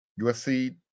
USC